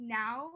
now